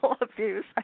abuse